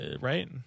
right